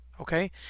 Okay